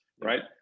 right